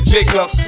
Jacob